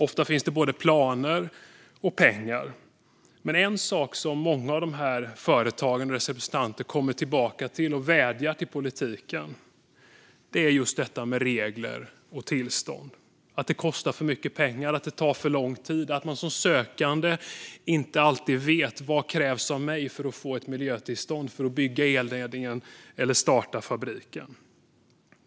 Ofta finns både planer och pengar, men en sak som många av dessa företag återkommer till och vädjar till politiken om gäller just regler och tillstånd. Det kostar för mycket pengar och tar för lång tid. Som sökande vet man heller inte alltid vad som krävs av en för att man ska få ett miljötillstånd och kunna bygga elledningen eller starta fabriken.